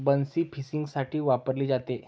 बन्सी फिशिंगसाठी वापरली जाते